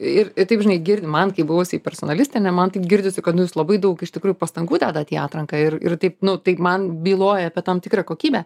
ir taip žinai girdi man kaip buvusiai personalistei ane man taip girdisi kad jūs labai daug iš tikrųjų pastangų dedat į atranką ir ir taip nu tai man byloja apie tam tikrą kokybę